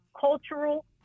cultural